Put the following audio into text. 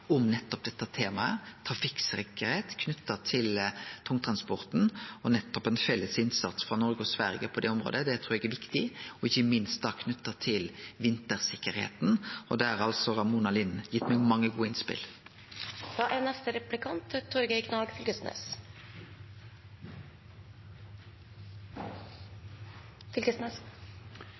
om nettopp dette temaet, trafikksikkerheit knytt til tungtransporten. Ein felles innsats frå Noreg og Sverige på det området trur eg er viktig, ikkje minst knytt til vintersikkerheita, og der har altså Ramona Lind kome med mange gode innspel.